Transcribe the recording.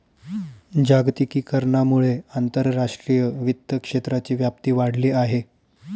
जागतिकीकरणामुळे आंतरराष्ट्रीय वित्त क्षेत्राची व्याप्ती वाढली आहे